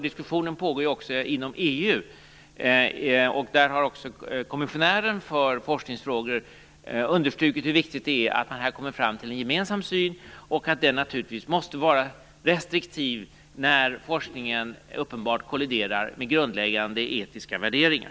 Diskussion pågår också inom EU, och där har kommissionären för forskningsfrågor understrukit hur viktigt det är att man här kommer fram till en gemensam syn och att den naturligtvis måste vara restriktiv när forskningen uppenbart kolliderar med grundläggande etiska värderingar.